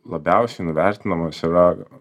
labiausiai nuvertinamas yra